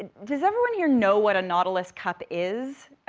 and does everyone here know what a nautilus cup is?